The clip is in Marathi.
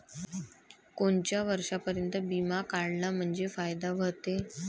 कोनच्या वर्षापर्यंत बिमा काढला म्हंजे फायदा व्हते?